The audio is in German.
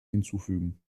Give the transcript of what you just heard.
hinzufügen